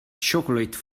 chocolate